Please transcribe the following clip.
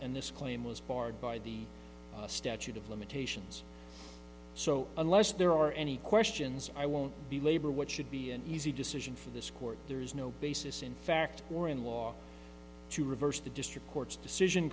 and this claim was barred by the statute of limitations so unless there are any questions i won't belabor what should be an easy decision for this court there is no basis in fact or in law to reverse the district court's decision